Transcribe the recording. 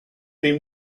been